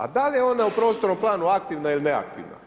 A da li je ona u prostornom planu aktivna ili ne aktivna?